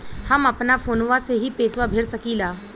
हम अपना फोनवा से ही पेसवा भर सकी ला?